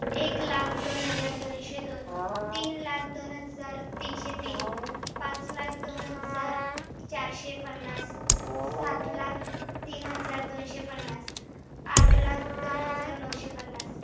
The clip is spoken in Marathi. एक लाख दोन हजार दोनशे दोन तीन लाख दोन हजार तीनशे तीन पाच लाख दोन हजार चारशे पन्नास सात लाख तीन हजार दोनशे पन्नास आठ लाख दोन हजार नऊशे पन्नास